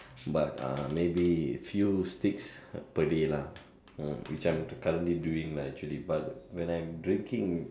but ah maybe few sticks per day lah which I'm currently doing ah actually but when I'm drinking